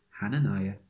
Hananiah